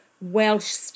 Welsh